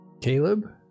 Caleb